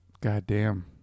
Goddamn